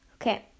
okay